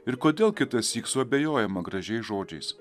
ir kodėl kitąsyk suabejojama gražiais žodžiais